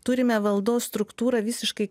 turime valdos struktūrą visiškai